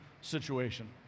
situation